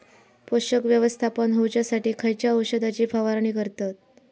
पोषक व्यवस्थापन होऊच्यासाठी खयच्या औषधाची फवारणी करतत?